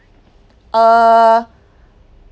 uh